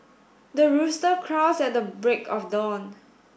the rooster crows at the break of dawn